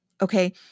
Okay